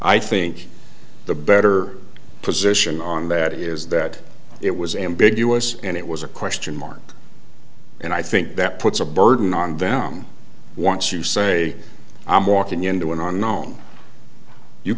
i think the better position on that is that it was ambiguous and it was a question mark and i think that puts a burden on them once you say i'm walking into an unknown you